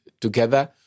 together